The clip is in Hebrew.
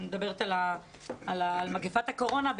אני מדברת על מגפת הקורונה,